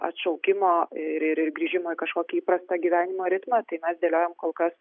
atšaukimo ir ir ir grįžimo į kažkokį įprastą gyvenimo ritmą tai mes dėliojam kol kas